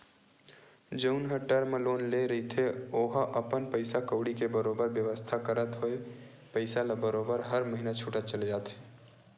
जउन ह term loan ले रहिथे ओहा अपन पइसा कउड़ी के बरोबर बेवस्था करत होय पइसा ल बरोबर हर महिना छूटत चले जाथे